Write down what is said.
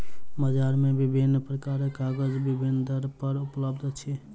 बजार मे विभिन्न प्रकारक कागज विभिन्न दर पर उपलब्ध अछि